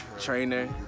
trainer